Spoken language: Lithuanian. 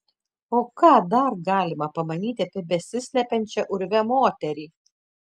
o ką dar galima pamanyti apie besislepiančią urve moterį